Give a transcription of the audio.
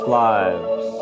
lives